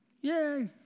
Yay